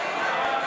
ההסתייגויות?